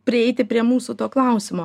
prieiti prie mūsų to klausimo